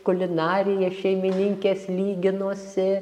kulinarija šeimininkės lyginosi